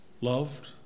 loved